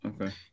Okay